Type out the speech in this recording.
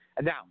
Now